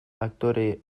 aktore